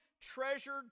treasured